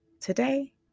Today